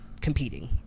competing